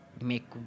make